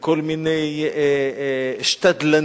וכל מיני שתדלנים,